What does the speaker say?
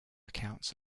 accounts